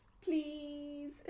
please